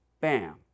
bam